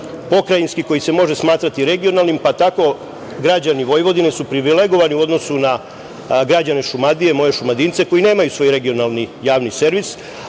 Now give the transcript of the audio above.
pokrajinski koji se može smatrati regionalnim, pa tako građani Vojvodine su privilegovani u odnosu na građane Šumadije, moje Šumadince koji nemaju svoj regionalni javni servis,